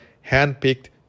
hand-picked